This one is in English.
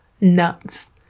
Nuts